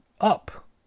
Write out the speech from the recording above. up